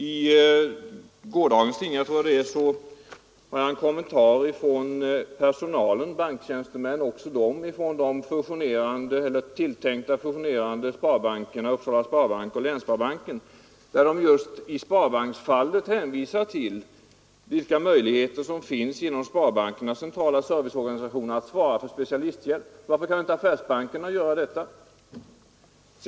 I gårdagens tidningar tror jag det var fanns en kommentar från anställda — banktjänstemän också de — vid de tilltänkt fusionerande sparbankerna Upsala sparbank och Länssparbanken, där det hänvisades till de möjligheter som finns inom sparbankernas centrala serviceorganisation att svara för specialisthjälp. Varför kan inte affärsbankerna göra detta?